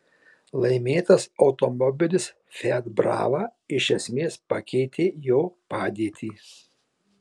laimėtas automobilis fiat brava iš esmės pakeitė jo padėtį